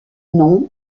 nom